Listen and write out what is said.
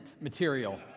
material